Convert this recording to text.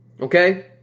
Okay